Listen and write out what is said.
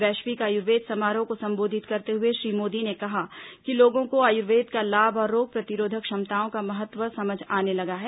वैश्विक आयुर्वेद समारोह को संबोधित करते हुए श्री मोदी ने कहा कि लोगों को आयुर्वेद का लाभ और रोग प्रतिरोधक क्षमताओं का महत्व समझ आने लगा है